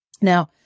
Now